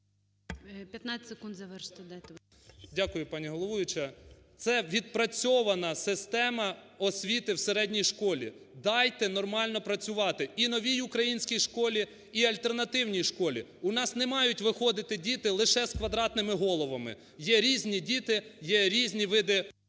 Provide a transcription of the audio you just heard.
дайте. КИШКАР П.М. Дякую, пані головуюча. Це відпрацьована система освіти в середній школі. Дайте нормально працювати і новій українській школі, і альтернативній школі. У нас не мають виходити діти лише з квадратними головами, є різні діти, є різні види…